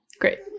Great